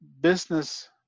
business